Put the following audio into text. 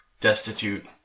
destitute